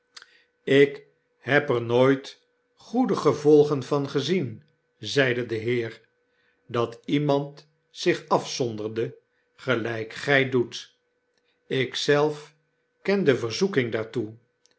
ik heb er nooit goede gevolgen van gezien zeide de heer dat iemand zich afzonderde gelyk gy doet ik zelfkendeverzoeking daartoe